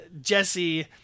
jesse